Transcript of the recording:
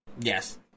Yes